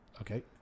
okay